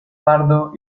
pardo